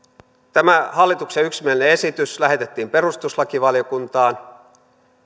tämä hallituksen yksimielinen esitys lähetettiin perustuslakivaliokuntaan